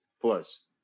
plus